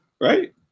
right